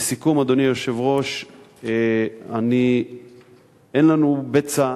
לסיכום, אדוני היושב-ראש, אין לנו בצע